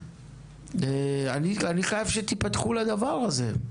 אני חייב שתיפתחו לדבר הזה.